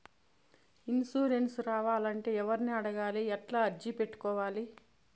Insurance రావాలంటే ఎవర్ని అడగాలి? ఎట్లా అర్జీ పెట్టుకోవాలి?